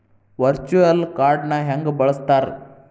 Virtual ಕಾರ್ಡ್ನ ಹೆಂಗ ಬಳಸ್ತಾರ?